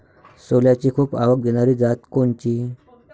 सोल्याची खूप आवक देनारी जात कोनची?